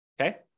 okay